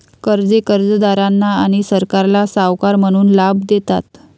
कर्जे कर्जदारांना आणि सरकारला सावकार म्हणून लाभ देतात